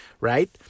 right